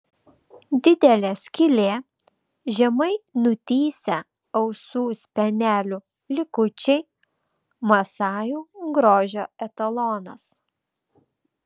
didelė skylė žemai nutįsę ausų spenelių likučiai masajų grožio etalonas